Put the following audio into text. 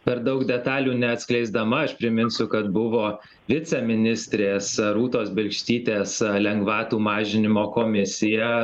per daug detalių neatskleisdama aš priminsiu kad buvo viceministrės rūtos bilkštytės lengvatų mažinimo komisija